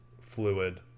fluid